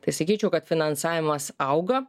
tai sakyčiau kad finansavimas auga